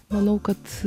manau kad